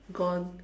gone